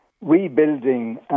rebuilding